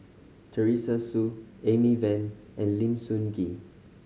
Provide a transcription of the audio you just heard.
Teresa Hsu Amy Van and Lim Sun Gee